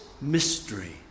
mystery